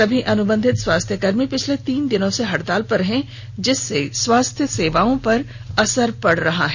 सभी अनुबंधित स्वास्थ्य कर्मी पिछले तीन दिनों से हड़ताल पर हैं जिससे स्वास्थ्य सेवा पर असर पड़ रहा है